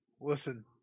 Listen